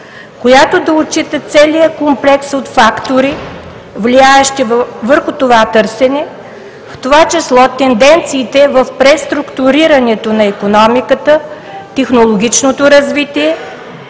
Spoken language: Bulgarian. която да отчита целия комплекс от фактори, влияещи върху това търсене, в това число тенденциите в преструктурирането на икономиката, технологичното развитие,